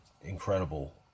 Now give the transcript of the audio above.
incredible